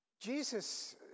Jesus